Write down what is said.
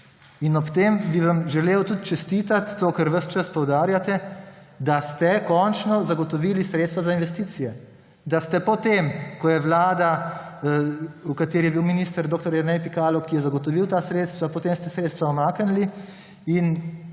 Ob tem bi vam želel tudi čestitati za to, kar ves čas poudarjate – da ste končno zagotovili sredstva za investicije. Potem ko je vlada, v kateri je bil minister dr. Jernej Pikalo, zagotovila ta sredstva, ste sredstva umaknili in